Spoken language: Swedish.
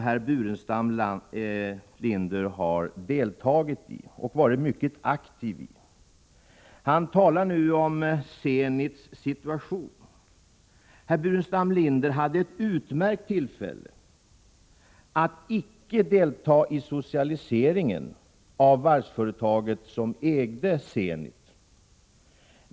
Herr Burenstam Linder har själv deltagit och varit mycket aktiv i det sammanhanget. Han talar nu om Zenits situation. Men herr Burenstam Linder hade ett utmärkt tillfälle att avstå från att delta i socialiseringen av det varvsföretag som ägde Zenit.